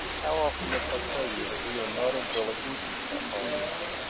how often must i tell you that we are not in jolliginki, snapped polynesia.